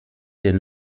den